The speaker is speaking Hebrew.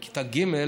בכיתה ג'